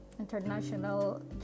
international